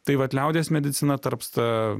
tai vat liaudies medicina tarpsta